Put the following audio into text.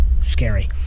scary